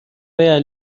vea